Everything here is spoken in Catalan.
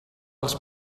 els